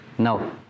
No